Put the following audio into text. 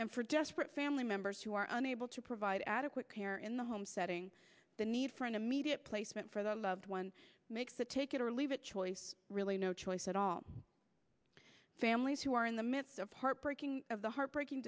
and for desperate family members who are unable to provide adequate care in the home setting the need for an immediate placement for the loved one makes the take it or leave it choice really no choice at all families who are in the midst of heartbreaking of the heartbreaking